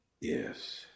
Yes